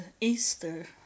Easter